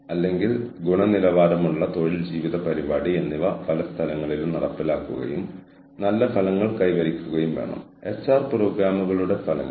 അതിനാൽ സ്ട്രാറ്റജിക് എച്ച്ആർഎമ്മിന്റെ ഭാവിയായ സസ്റ്റൈനബിൾ എച്ച്ആർഎമ്മിലൂടെ ഈ ബാലൻസുകൾ കൈവരിക്കേണ്ടതുണ്ടെന്ന് നിങ്ങൾക്കറിയാം